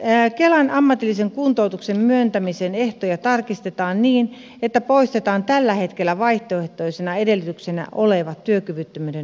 kelan ammatillisen kuntoutuksen myöntämisen ehtoja tarkistetaan niin että poistetaan tällä hetkellä vaihtoehtoisena edellytyksenä oleva työkyvyttömyyden uhka